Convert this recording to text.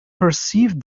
perceived